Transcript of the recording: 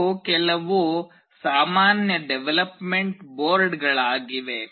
ಇವು ಕೆಲವು ಸಾಮಾನ್ಯ ಡೆವಲಪ್ಮೆಂಟ್ ಬೋರ್ಡ್ಗಳಾಗಿವೆ